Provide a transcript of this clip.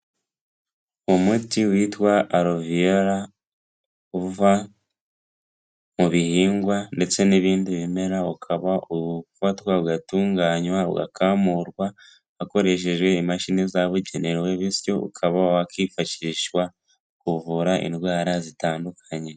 Umuti witwa aroviyara uva mu bihingwa ndetse n'ibindi bimera ukaba ubufatwa ugatunganywa, ugakamurwa bakoresheje imashini zababugenewe bityo ukaba wakwifashishwa mu kuvura indwara zitandukanye.